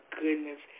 goodness